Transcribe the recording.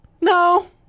No